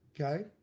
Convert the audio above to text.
Okay